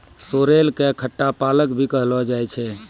sorrel कॅ खट्टा पालक भी कहलो जाय छै